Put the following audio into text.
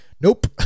Nope